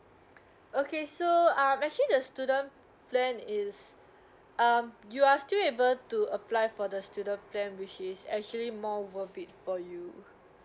okay so um actually the student plan is um you are still able to apply for the student plan which is actually more worth it for you